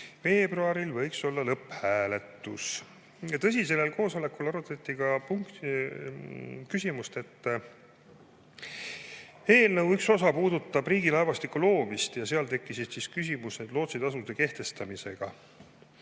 veebruaril võiks olla lõpphääletus. Tõsi, sellel koosolekul arutati ka küsimust, et eelnõu üks osa puudutab riigilaevastiku loomist, ja tekkisid küsimused lootsitasude kehtestamisega.